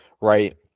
right